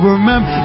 remember